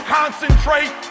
concentrate